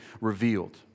revealed